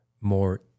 more